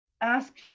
ask